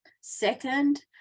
second